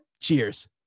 cheers